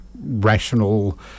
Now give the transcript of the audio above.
rational